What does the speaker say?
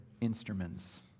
instruments